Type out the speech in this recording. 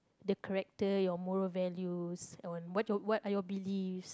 the character your moral values on what what are your believes